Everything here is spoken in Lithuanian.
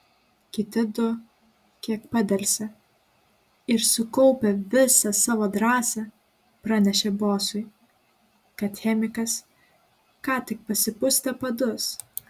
kiti du kiek padelsė ir sukaupę visą savo drąsą pranešė bosui kad chemikas ką tik pasipustė padus